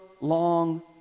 long